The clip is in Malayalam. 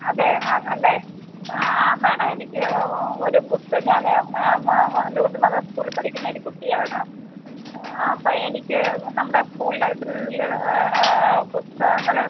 അതെ ആന്നല്ലേ മാഡം എനിക്ക് ഒരു പുസ്തകം ഞാൻ ലൂർദ് മാതാ സ്കൂള് പഠിക്കുന്ന ഒരു കുട്ടിയാണ് അപ്പോൾ എനിക്ക് നമ്മുടെ സ്കൂൾ ലൈബ്രറീൽ പുസ്തകങ്ങൾ